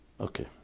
Okay